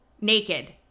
naked